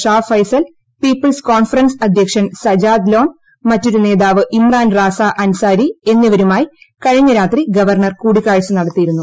Shah Faesal People's Conference അധ്യക്ഷൻ സജാദ് ലോൺ മറ്റൊരു നേതാവ് ഇമ്രാൻ റാസ അൻസാരി എന്നിവരുമായി കഴിഞ്ഞ രാത്രി ഗവർണർ കൂടിക്കാഴ്ച നടത്തിയിരുന്നു